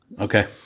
Okay